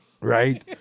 right